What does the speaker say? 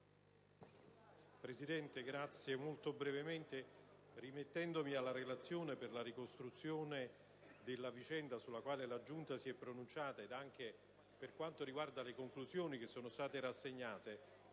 *relatore*. Signora Presidente, rimettendomi alla relazione per la ricostruzione della vicenda sulla quale la Giunta si è pronunciata e anche per quanto riguarda le conclusioni che sono state rassegnate,